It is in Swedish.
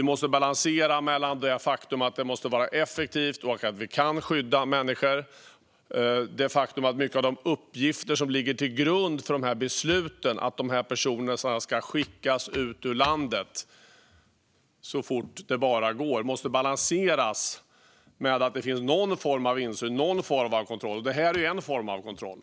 Det faktum att vi effektivt måste kunna skydda människor och de uppgifter som ligger till grund för besluten om att dessa personer ska skickas ut ur landet så fort det bara går måste balanseras med att det finns någon form av insyn och kontroll. Detta är en form av kontroll.